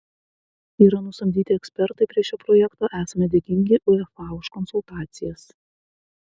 yra nusamdyti ekspertai prie šio projekto esame dėkingi uefa už konsultacijas